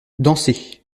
dansez